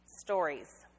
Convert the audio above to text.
stories